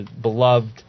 beloved